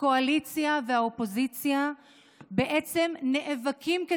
הקואליציה והאופוזיציה בעצם נאבקים בשבילו,